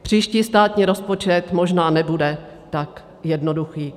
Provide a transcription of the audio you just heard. Příští státní rozpočet možná nebude tak jednoduchý.